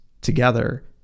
together